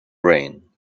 rain